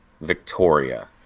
Victoria